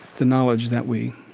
the knowledge that we